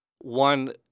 One